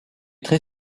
très